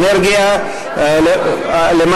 האנרגיה והמים.